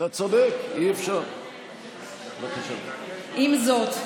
עם זאת,